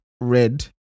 red